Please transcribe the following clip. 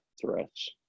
threats